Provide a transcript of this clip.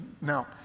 now